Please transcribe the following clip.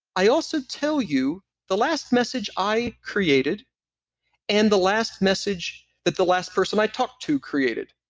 i also tell you the last message i created and the last message that the last person i talked to created.